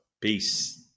Peace